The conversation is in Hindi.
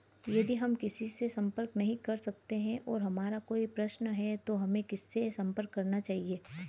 यदि हम किसी से संपर्क नहीं कर सकते हैं और हमारा कोई प्रश्न है तो हमें किससे संपर्क करना चाहिए?